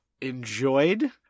enjoyed